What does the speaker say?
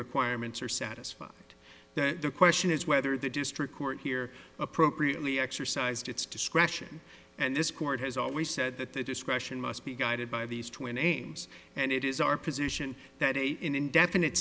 requirements are satisfied that the question is whether the district court here appropriately exercised its discretion and this court has always said that the discretion must be guided by these twin aims and it is our position that a indefinite